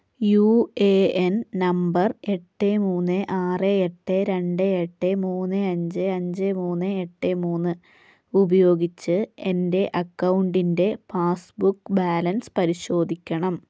U A N number എട്ട് മൂന്ന് ആറ് എട്ട് രണ്ട് എട്ട് മൂന്ന് അഞ്ച് അഞ്ച് മൂന്ന് എട്ട് മൂന്ന് ഉപയോഗിച്ച് എൻ്റെ അക്കൗണ്ടിൻ്റെ പാസ്ബുക്ക് ബാലൻസ് പരിശോധിക്കണം